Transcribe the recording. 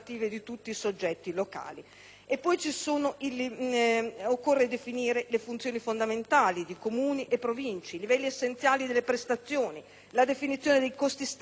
poi definire le funzioni fondamentali di Comuni e Province, i livelli essenziali delle prestazioni, la definizione dei costi standard, i fabbisogni ottimali